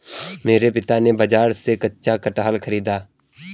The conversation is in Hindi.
मेरे पिता ने बाजार से कच्चा कटहल खरीदा